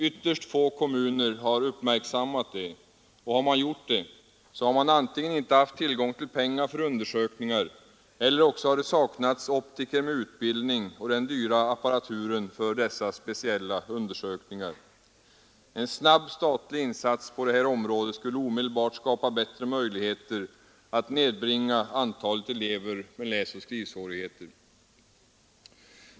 Ytterst få kommuner har uppmärksammat detta, och om de gjort det har de antingen inte haft tillgång till pengar för undersökningar eller också har det saknats optiker med utbildning och den dyra apparatur som behövs för dessa speciella undersökningar. Om en statlig insats snabbt gjordes på detta område skulle det omedelbart skapas bättre möjligheter att nedbringa antalet elever med läsoch skrivsvårigheter.